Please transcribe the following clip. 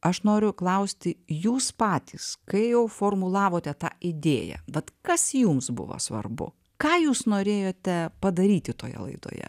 aš noriu klausti jūs patys kai jau formulavote tą idėją vat kas jums buvo svarbu ką jūs norėjote padaryti toje laidoje